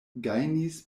gajnis